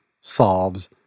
solves